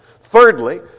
Thirdly